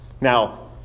Now